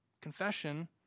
Confession